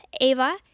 Ava